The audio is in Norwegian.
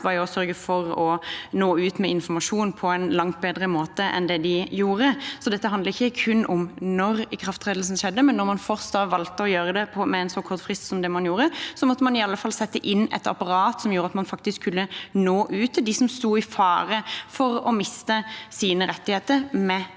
var å sørge for å nå ut med informasjon på en langt bedre måte enn det de gjorde. Dette handler ikke kun om når ikrafttredelsen skjedde. Når man først valgte å gjøre det med en så kort frist som det man gjorde, måtte man i alle fall sette inn et apparat som gjorde at man faktisk kunne nå ut til dem som sto i fare for å miste sine rettigheter med endringene